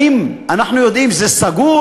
האם אנחנו יודעים שזה סגור,